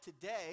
today